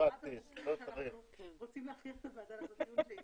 ההערות של חברי הכנסת וחברי הוועדה שהציגו יצרו ערבוב,